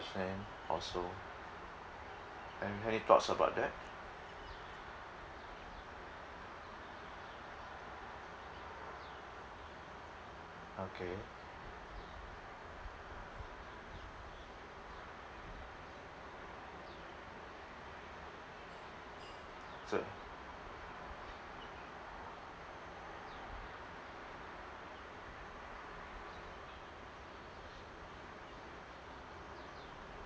percent or so and any thoughts about that okay so